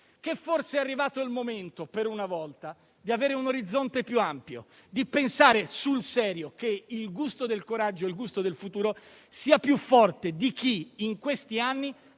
che forse è arrivato il momento, per una volta, di avere un orizzonte più ampio, di pensare sul serio che il gusto del coraggio e del futuro sia più forte di chi in questi anni